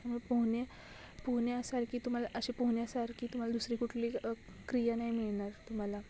त्यामुळे पोहणे पोहण्यासारखी तुम्हाला अशी पोहण्यासारखी तुम्हाला दुसरी कुठली क्रिया नाही मिळणार तुम्हाला